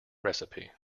recipe